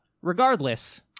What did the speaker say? Regardless